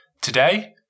Today